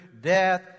death